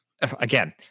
again